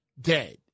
dead